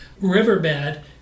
riverbed